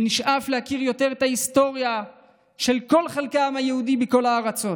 ונשאף להכיר יותר את ההיסטוריה של כל חלקי העם היהודי בכל הארצות.